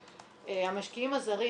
המשקיעים הזרים